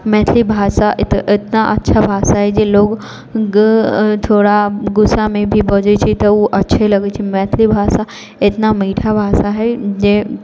मैथिली भाषा इतना अच्छा भाषा है जे लोक थोड़ा गुस्सामे भी बजै छै तऽ उ अच्छे लगै छै मैथिली भाषा इतना मीठा भाषा है जे